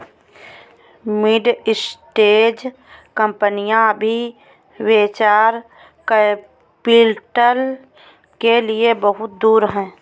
mid stage कंपनियां अभी venture capital के लिए बहुत दूर हैं